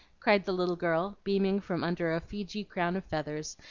cried the little girl, beaming from under a feejee crown of feathers,